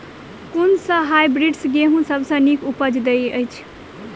कुन सँ हायब्रिडस गेंहूँ सब सँ नीक उपज देय अछि?